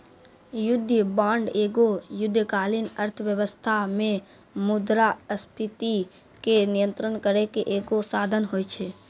युद्ध बांड एगो युद्धकालीन अर्थव्यवस्था से मुद्रास्फीति के नियंत्रण करै के एगो साधन होय छै